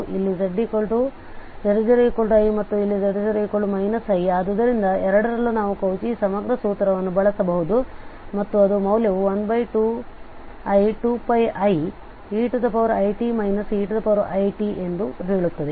ಇಲ್ಲಿ z0i ಮತ್ತು ಇಲ್ಲಿ z0 i ಆದ್ದರಿಂದ ಎರಡರಲ್ಲೂ ನಾವು ಕೌಚಿ ಸಮಗ್ರ ಸೂತ್ರವನ್ನು ಬಳಸಬಹುದು ಮತ್ತು ಅದು ಮೌಲ್ಯವು 12i2πieit e it ಎಂದು ಹೇಳುತ್ತದೆ